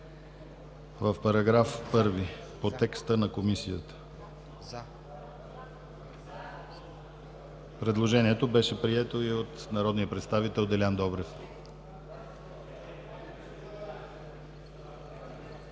в § 1 по текста на Комисията. Предложението беше прието и от народния представител Делян Добрев.